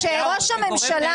כשראש הממשלה